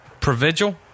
provigil